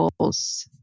goals